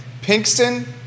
pinkston